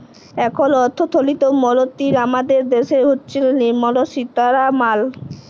এখল অথ্থলিতি মলতিরি আমাদের দ্যাশের হচ্ছেল লির্মলা সীতারামাল